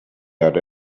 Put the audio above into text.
had